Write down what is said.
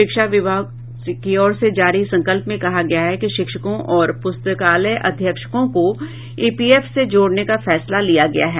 शिक्षा विभाग की ओर से जारी संकल्प में कहा गया है कि शिक्षकों और पुस्तकायल अध्यक्षकों को ईपीएफ से जोड़ने का फैसला लिया गया है